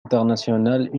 international